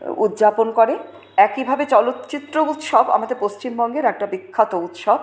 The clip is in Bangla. উদযাপন করে একইভাবে চলচ্চিত্র উৎসব আমাদের পশ্চিমবঙ্গের একটা বিখ্যাত উৎসব